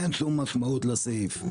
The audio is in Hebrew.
אין שום משמעות לסעיף.